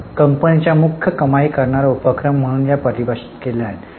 तर कंपनीच्या मुख्य कमाई करणार्या उपक्रम म्हणून या परिभाषित केल्या आहेत